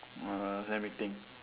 uh let me think